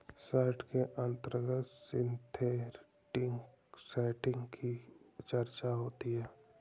short के अंतर्गत synthetic setting की चर्चा होती है